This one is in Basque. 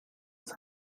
zen